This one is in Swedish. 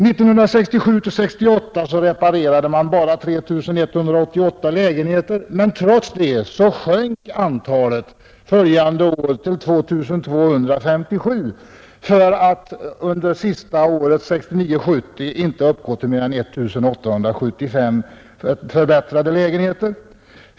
År 1967 70, inte uppgå till mer än 1 875 förbättrade lägenheter.